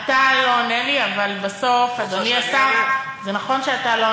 אתה לא עונה לי, אבל בסוף, אדוני השר, את רוצה